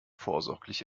vorsorglich